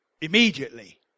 immediately